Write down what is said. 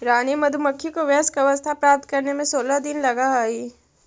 रानी मधुमक्खी को वयस्क अवस्था प्राप्त करने में सोलह दिन लगह हई